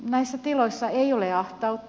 näissä tiloissa ei ole ahtautta